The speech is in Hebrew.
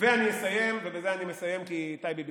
ואני אסיים, ובזה אני מסיים, כי טייבי ביקשה.